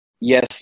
yes